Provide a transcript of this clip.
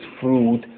fruit